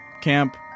camp